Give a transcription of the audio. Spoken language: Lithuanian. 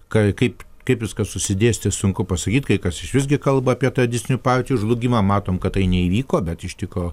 kai kaip kaip viskas susidėstė sunku pasakyt kai kas iš visgi kalba apie tradicinių partijų žlugimą matom kad tai neįvyko bet iš tikro